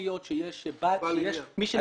להיות שיש מי שנחשב כזה.